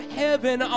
heaven